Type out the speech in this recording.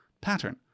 pattern